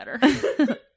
better